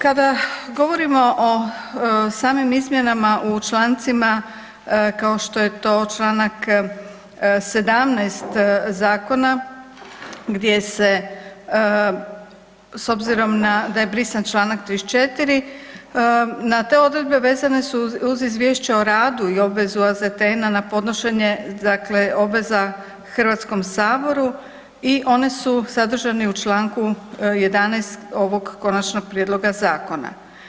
Kada govorimo o samim izmjenama u člancima kao što je to Članak 17. zakona gdje se s obzirom da je brisan Članak 34., na te odredbe vezane su uz izvješće o radu i obvezu AZTN-a na podnošenje dakle obveza Hrvatskom saboru i one su sadržani u Članku 11. ovog konačnog prijedloga zakona.